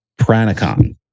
Pranicon